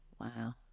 Wow